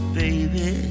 baby